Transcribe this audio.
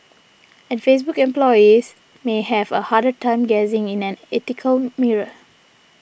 and Facebook employees may have a harder time gazing in an ethical mirror